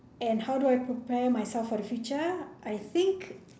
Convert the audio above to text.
and how do I prepare myself for the future I think